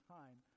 time